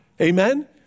Amen